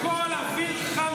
שקרן.